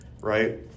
right